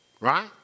Right